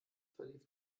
verlief